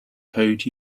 code